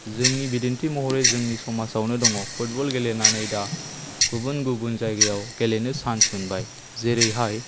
जोंनि बिदिन्थि महरै जोंनि समाजावनो दङ फुटबल गेलेनानै दा गुबुन गुबुन जायगायाव गेलेनो चान्स मोनबाय जेरैहाय